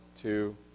two